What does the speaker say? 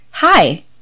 Hi